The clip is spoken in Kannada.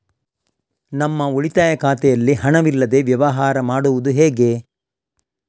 ನಮ್ಮ ಉಳಿತಾಯ ಖಾತೆಯಲ್ಲಿ ಹಣವಿಲ್ಲದೇ ವ್ಯವಹಾರ ಮಾಡುವುದು ಹೇಗೆ?